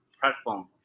platform